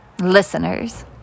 listeners